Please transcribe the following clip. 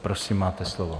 Prosím, máte slovo.